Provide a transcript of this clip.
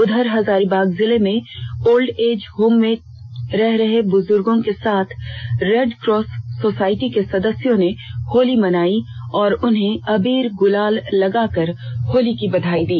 उधर हजारीबाग में old age home में रह रहे बूजुर्गो के साथ रेड कास सोसाइटी के सदस्यों ने होली मनाई और उन्हें अबीर गुलाल लगाकर होली की बधाई दी